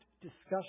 discussion